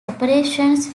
operations